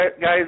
guys